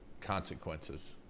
consequences